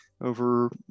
over